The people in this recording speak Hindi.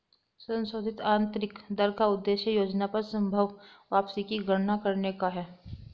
संशोधित आंतरिक दर का उद्देश्य योजना पर संभवत वापसी की गणना करने का है